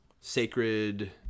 Sacred